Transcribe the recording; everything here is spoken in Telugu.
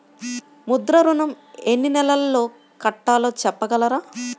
ముద్ర ఋణం ఎన్ని నెలల్లో కట్టలో చెప్పగలరా?